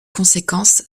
conséquence